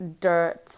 dirt